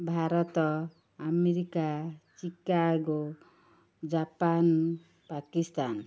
Bharat America Chicago Japan Pakistan